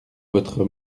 votre